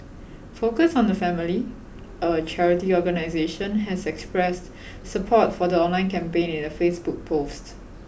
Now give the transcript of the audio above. focus on the family a charity organisation has expressed support for the online campaign in a Facebook post